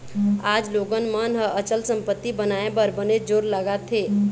आज लोगन मन ह अचल संपत्ति बनाए बर बनेच जोर लगात हें